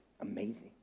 amazing